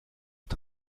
ont